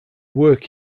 work